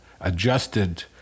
adjusted